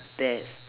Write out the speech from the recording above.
test